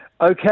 Okay